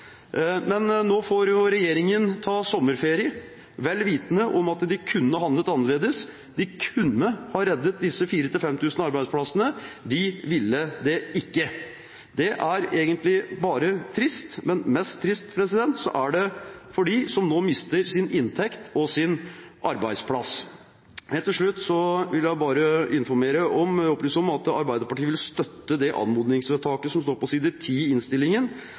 Men nå får regjeringen ta sommerferie, vel vitende om at den kunne handlet annerledes. Den kunne reddet disse 4 000–5 000 arbeidsplassene. Den ville ikke det. Det er egentlig bare trist, men mest trist er det for dem som nå mister sin inntekt og sin arbeidsplass. Helt til slutt vil jeg opplyse om at Arbeiderpartiet vil støtte det anmodningsvedtaket som står på side 10 i innstillingen